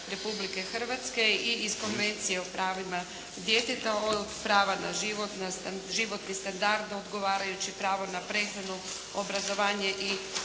Republike Hrvatske i iz Konvencije o pravima djeteta, od prava na život, na životni standard, odgovarajuće pravo na prehranu, obrazovanje